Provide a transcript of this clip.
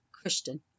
Christian